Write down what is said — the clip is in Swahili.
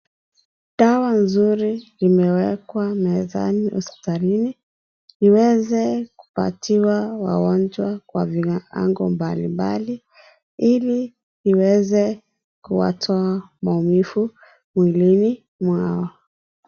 Dawati nzuri imewekwa mezani hospitalini. Iweze kupatiwa wagonjwa wa viwango mbalimbali, ili iweze kuwatoa maumivu mwilini mwao.